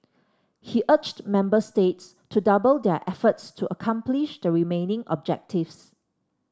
he urged member states to double their efforts to accomplish the remaining objectives